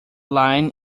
line